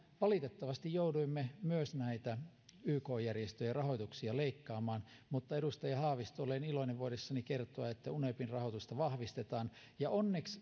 valitettavasti jouduimme myös näitä yk järjestöjen rahoituksia leikkaamaan mutta edustaja haavisto olen iloinen voidessani kertoa että unepin rahoitusta vahvistetaan onneksi